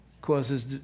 causes